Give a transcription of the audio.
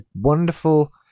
wonderful